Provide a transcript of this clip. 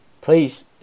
please